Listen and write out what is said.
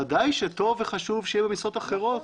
בוודאי שטוב וחשוב שהם יהיו במשרות אחרות.